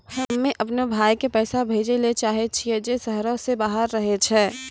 हम्मे अपनो भाय के पैसा भेजै ले चाहै छियै जे शहरो से बाहर रहै छै